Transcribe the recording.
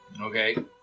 Okay